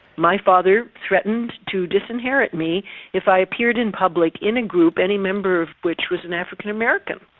my father threatened to disinherit me if i appeared in public in a group, any member of which was an african american.